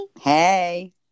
Hey